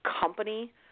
company